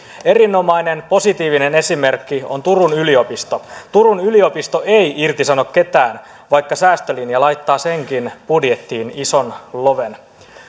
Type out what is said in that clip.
erinomainen positiivinen esimerkki on turun yliopisto turun yliopisto ei irtisano ketään vaikka säästölinja laittaa senkin budjettiin ison loven